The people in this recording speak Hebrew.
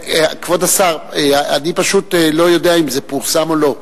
כבוד שר, אני פשוט לא יודע אם זה פורסם או לא.